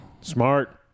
Smart